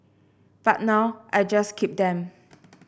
but now I just keep them